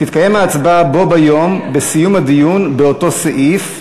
"תתקיים ההצבעה בו ביום, בסיום הדיון באותו סעיף,